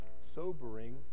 sobering